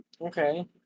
Okay